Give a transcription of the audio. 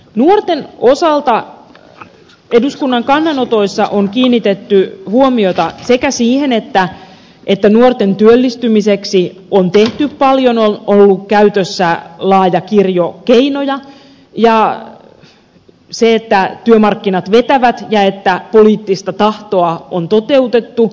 nuorten osalta eduskunnan kannanotoissa on kiinnitetty huomiota siihen että nuorten työllistymiseksi on tehty paljon on ollut käytössä laaja kirjo keinoja ja siihen että työmarkkinat vetävät ja että poliittista tahtoa on toteutettu